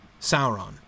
Sauron